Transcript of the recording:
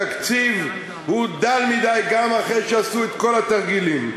התקציב דל מדי גם אחרי שעשו את כל התרגילים.